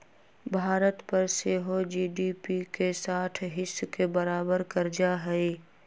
भारत पर सेहो जी.डी.पी के साठ हिस् के बरोबर कर्जा हइ